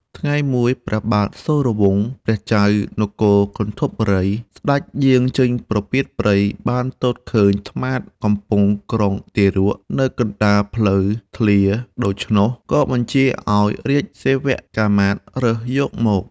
ថ្ងៃមួយ ព្រះបាទសូរវង្ស ព្រះចៅនគរគន្ធពបូរីស្តេចយាងចេញប្រពាតព្រៃបានទតឃើញត្មាតកំពុងក្រុងទារកនៅកណ្តាលផ្លូវធ្លាដូច្នោះ ក៏បញ្ជាឲ្យរាជសេវកាមាត្យរើសយកមក។